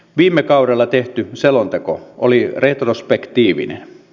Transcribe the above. viime kaudella tehty selonteko oli retrospektiivinen